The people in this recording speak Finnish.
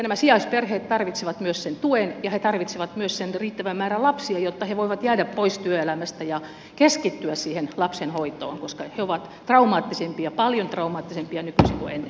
nämä sijaisperheet tarvitsevat sen tuen ja he tarvitsevat myös riittävän määrän lapsia jotta he voivat jäädä pois työelämästä ja keskittyä lapsen hoitoon koska he ovat traumaattisempia paljon traumaattisempia nykyisin kuin ennen